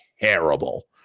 terrible